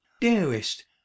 dearest